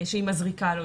שמזריקה לו,